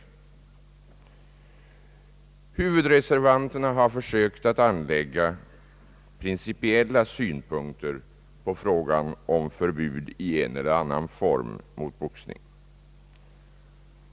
Huvudreservanterna har försökt anlägga principiella synpunkter på frågan om förbud i en eller annan form mot boxningen.